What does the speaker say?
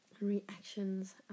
reactions